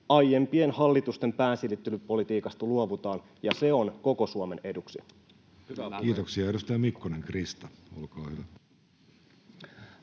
aiempien hallitusten päänsilittelypolitiikasta luovutaan, ja se on koko Suomen eduksi. Kiitoksia. — Edustaja Mikkonen, Krista, olkaa hyvä.